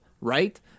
right